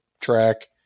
track